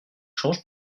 change